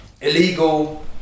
illegal